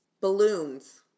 balloons